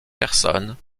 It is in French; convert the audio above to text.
personnes